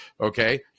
Okay